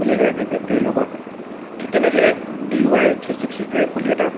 বুলি এগৰাকী ব্যক্তিৰ লগত ঠিক তেনেকে D Y three sixty five বুলি এটা